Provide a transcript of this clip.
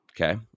Okay